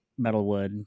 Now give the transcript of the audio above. Metalwood